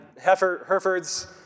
herefords